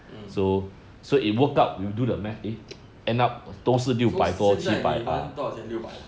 mm so 现在你还多少钱六百啊